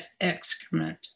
excrement